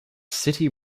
city